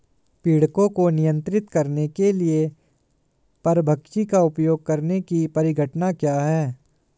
पीड़कों को नियंत्रित करने के लिए परभक्षी का उपयोग करने की परिघटना क्या है?